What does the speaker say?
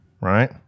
right